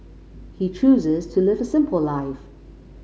he chooses to live a simple life